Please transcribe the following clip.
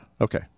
Okay